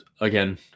again